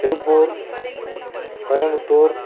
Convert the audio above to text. Tiruppur Coimbatore